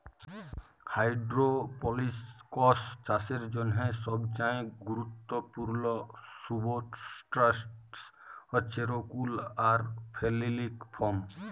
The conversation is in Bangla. হাইডোরোপলিকস চাষের জ্যনহে সবচাঁয়ে গুরুত্তপুর্ল সুবস্ট্রাটাস হছে রোক উল আর ফেললিক ফম